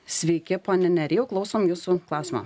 sveiki pone nerijau klausom jūsų klausimo